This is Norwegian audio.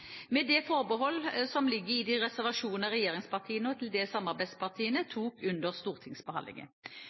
med det forbehold som ligger i de reservasjoner regjeringspartiene og til dels samarbeidspartiene tok under stortingsbehandlingen.